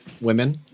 women